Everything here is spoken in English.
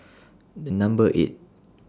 The Number eight